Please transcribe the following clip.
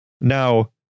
Now